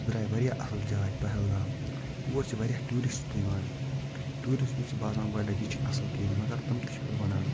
سُہ درٛایہِ واریاہ اَصٕل جاے پہلگام تور چھِ واریاہ ٹیوٗرسٹ تہِ یِوان ٹوٗرسٹَن چھِ باسان گۄڈٕنٮ۪تھ یہِ چھِ اَصٕل کِہیٖنۍ مگر تِم تہِ چھِ پتہٕ وَنان